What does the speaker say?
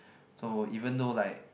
so even though like